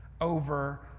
over